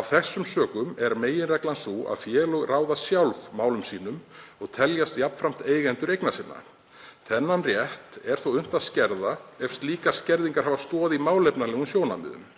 Af þessum sökum er meginreglan sú að félög ráða sjálf málum sínum og teljast jafnframt eigendur eigna sinna. Þennan rétt er þó unnt að skerða ef slíkar skerðingar hafa stoð í málefnalegum sjónarmiðum,